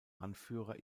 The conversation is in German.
anführer